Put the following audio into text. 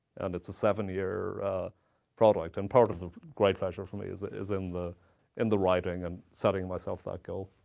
and it's a seven year product, and part of the great pleasure for me is ah is in the and the writing and setting myself that goal.